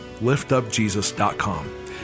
liftupjesus.com